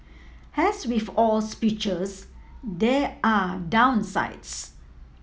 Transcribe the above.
as with all speeches there are downsides